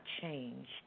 changed